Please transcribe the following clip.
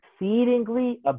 exceedingly